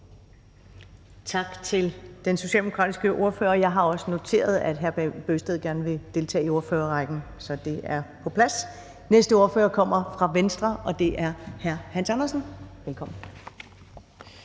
Tak til den socialdemokratiske ordfører. Jeg har også noteret, at hr. Bent Bøgsted gerne vil deltage i ordførerrækken. Så er det på plads. Næste ordfører kommer fra Venstre, og det er hr. Hans Andersen. Velkommen.